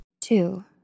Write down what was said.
Two